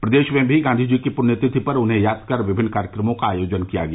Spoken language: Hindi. प्रदेश में भी गांधी जी की प्ण्यतिथि पर उन्हें याद कर विमिन्न कार्यक्रमों का आयोजन किया गया